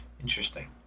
Interesting